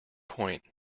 point